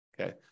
Okay